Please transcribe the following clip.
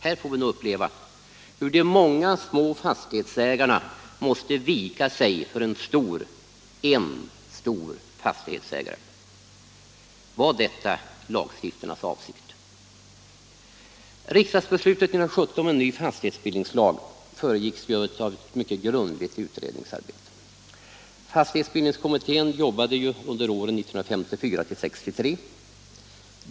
Här får vi nu uppleva hur de många små fastighetsägarna måste vika för en enda stor fastighetsägare. Var detta lagstiftarnas avsikt? Riksdagsbeslutet 1970 om en ny fastighetsbildningslag föregicks ju av ett mycket grundligt utredningsarbete. Fastighetsbildningskommittén arbetade åren 1954-1963.